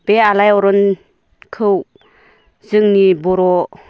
बे आलायारनखौ जोंनि बर'